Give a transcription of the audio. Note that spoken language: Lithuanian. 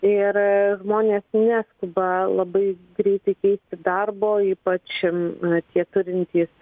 ir žmonės neskuba labai greitai keisti darbo ypač tie turintys